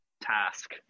Task